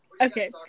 Okay